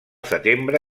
setembre